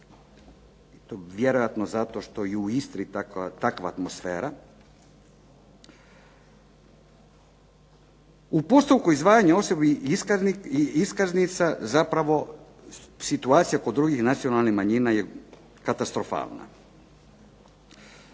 i to vjerojatno zato što je u Istri takva atmosfera. U postupku izdavanja osobnih iskaznica zapravo situacija kod drugih nacionalnih manjina je katastrofalna.